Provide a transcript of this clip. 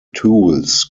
tools